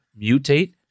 mutate